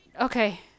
Okay